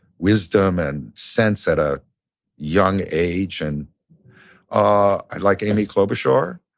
wisdom and sense at a young age. and ah i like amy klobuchar.